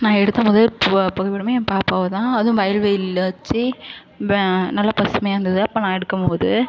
நான் எடுத்த முதல் புகைப்படமே என் பாப்பாவை தான் அதுவும் வயல்வெளியில் வச்சு வ நல்ல பசுமையாக இருந்தது அப்போ நான் எடுக்கும்போது